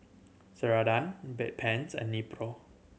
Ceradan Bedpans and Nepro